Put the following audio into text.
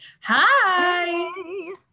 Hi